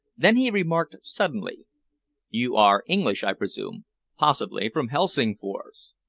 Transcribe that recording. then he remarked suddenly you are english, i presume possibly from helsingfors?